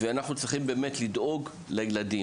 ואנחנו צריכים באמת לדאוג לילדים.